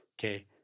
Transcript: Okay